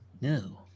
no